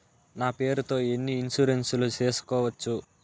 నా పేరుతో ఎన్ని ఇన్సూరెన్సులు సేసుకోవచ్చు?